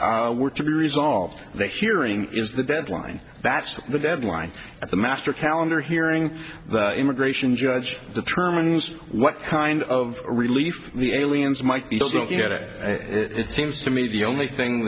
were to be resolved that hearing is the deadline that's the deadline and the master calendar hearing the immigration judge determines what kind of relief the aliens might get it seems to me the only thing